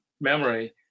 Memory